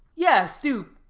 yes, do.